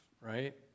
Right